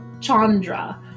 Chandra